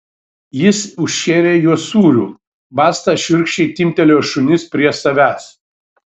jis užšėrė juos sūriu basta šiurkščiai timptelėjo šunis prie savęs